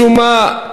משום מה,